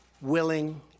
willing